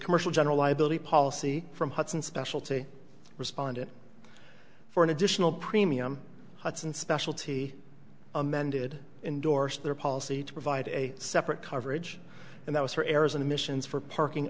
commercial general liability policy from hudson specialty responded for an additional premium hudson specialty amended indorsed their policy to provide a separate coverage and that was for errors in emissions for parking